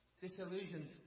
disillusioned